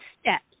step